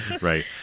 Right